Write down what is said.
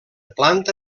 planta